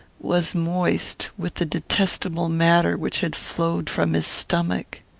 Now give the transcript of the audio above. was moist with the detestable matter which had flowed from his stomach.